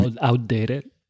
Outdated